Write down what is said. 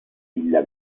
villa